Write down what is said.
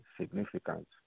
significant